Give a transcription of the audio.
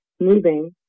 moving